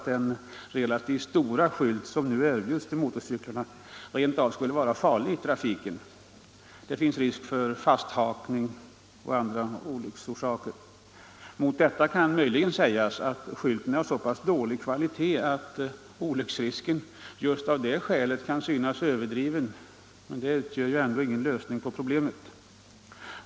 Den relativt stora skylt som nu erbjuds för motorcyklarna skulle rent av kunna sägas vara farlig i trafiken; det finns risk för fasthakning och andra olycksorsaker. Mot detta kan möjligen sägas att skylten är av så pass dålig kvalitet att olycksrisken just av det skälet inte är så stor. Men detta är ju ändå ingen lösning av problemet.